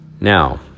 Now